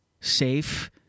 safe